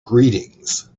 greetings